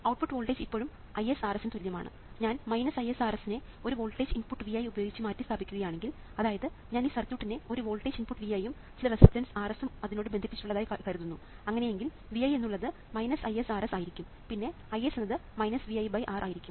output voltage ഇപ്പോഴും Is×R ന് തുല്യമാണ് ഞാൻ Is Rs നെ ഒരു വോൾട്ടേജ് ഇൻപുട്ട് Vi ഉപയോഗിച്ച് മാറ്റി സ്ഥാപിക്കുകയാണെങ്കിൽ അതായത് ഞാൻ ഈ സർക്യൂട്ടിനെ ഒരു വോൾട്ടേജ് ഇൻപുട്ട് Vi യും ചില റെസിസ്റ്റൻസ് Rs ഉം അതിനോട് ബന്ധിപ്പിച്ചിട്ടുള്ളതായി കരുതുന്നു അങ്ങനെയെങ്കിൽ Vi എന്നുള്ളത് IsRs ആയിരിക്കും പിന്നെ Is എന്നത് ViR ആയിരിക്കും